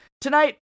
tonight